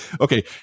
Okay